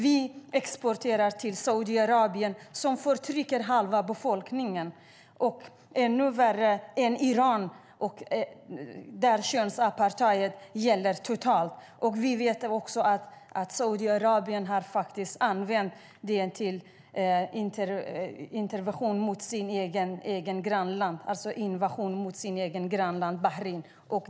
Vi exporterar till Saudiarabien, som förtrycker halva befolkningen, ännu värre än Iran, där könsapartheid gäller totalt. Vi vet också att Saudiarabien har gjort en invasion i sitt grannland Bahrain.